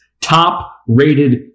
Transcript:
top-rated